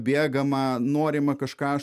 bėgama norima kažką